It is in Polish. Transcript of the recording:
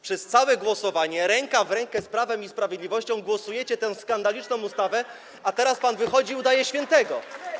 Przez całe głosowanie ręka w rękę z Prawem i Sprawiedliwością głosujecie nad tą skandaliczną ustawą, a teraz pan wychodzi i udaje świętego.